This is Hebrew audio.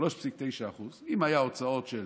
אם היו הוצאות של